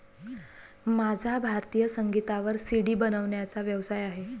माझा भारतीय संगीतावर सी.डी बनवण्याचा व्यवसाय आहे